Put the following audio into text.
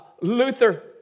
Luther